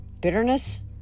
Bitterness